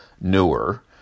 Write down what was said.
newer